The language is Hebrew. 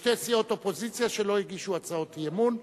שתי סיעות אופוזיציה שלא הגישו הצעות אי-אמון.